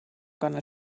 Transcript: gonna